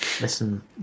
listen